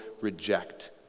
reject